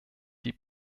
die